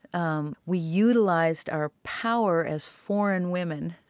um we utilized our power as foreign women,